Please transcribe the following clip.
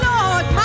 Lord